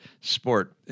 sport